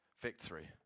victory